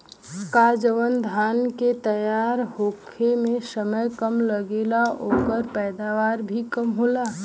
का जवन धान के तैयार होखे में समय कम लागेला ओकर पैदवार भी कम होला?